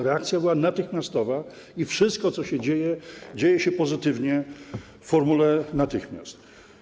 Reakcja była natychmiastowa i wszystko, co się dzieje, dzieje się pozytywnie w formule: natychmiast.